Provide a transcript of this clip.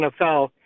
NFL